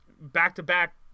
back-to-back